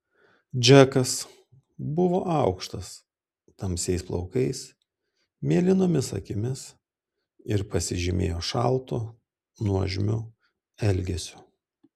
džekas buvo aukštas tamsiais plaukais mėlynomis akimis ir pasižymėjo šaltu nuožmiu elgesiu